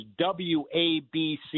WABC